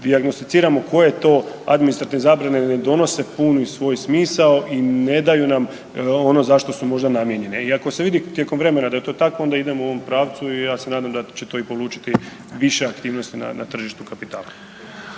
dijagnosticiramo koje to administrativne zabrane ne donose puni svoj smisao i ne daju nam ono zašto su možda namijenjene. I ako se vidi tijekom vremena da je to tako onda idemo u ovom pravcu i ja se nadam da će to i polučiti više aktivnosti na tržištu kapitala.